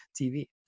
TV